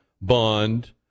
bond